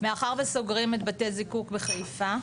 מאחר וסוגרים את בתי הזיקוק בחיפה,